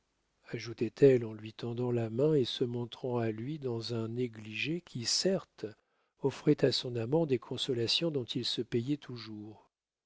ajoutait-elle en lui tendant la main et se montrant à lui dans un négligé qui certes offrait à son amant des consolations dont il se payait toujours